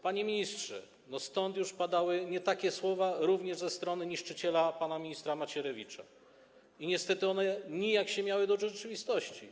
Panie ministrze, stąd już padały nie takie słowa, również ze strony niszczyciela pana ministra Macierewicza, i niestety one nijak się miały do rzeczywistości.